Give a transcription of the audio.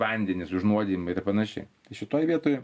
vandenis užnuodijimai ir panašiai tai šitoj vietoj